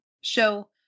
show